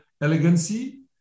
elegancy